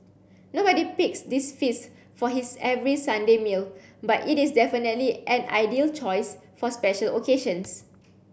nobody picks this feast for his every Sunday meal but it is definitely an ideal choice for special occasions